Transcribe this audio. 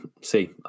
see